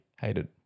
hated